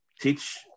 teach